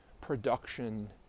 production